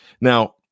Now